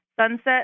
sunset